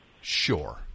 Sure